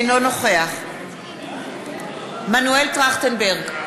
אינו נוכח מנואל טרכטנברג,